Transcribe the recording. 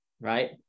right